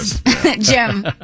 Jim